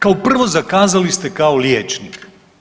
Kao prvo zakazali ste kao liječnik.